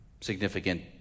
significant